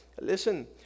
Listen